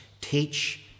Teach